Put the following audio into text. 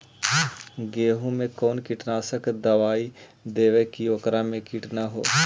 गेहूं में कोन कीटनाशक दबाइ देबै कि ओकरा मे किट न हो?